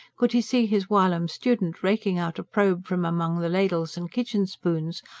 could he see his whilom student raking out a probe from among the ladles and kitchen spoons,